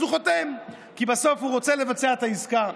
אז הוא חותם, כי בסוף הוא רוצה לבצע את העסקה.